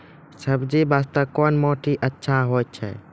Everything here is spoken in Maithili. सब्जी बास्ते कोन माटी अचछा छै?